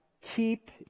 Keep